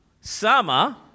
summer